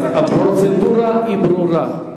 הפרוצדורה היא ברורה.